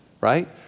right